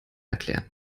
erklären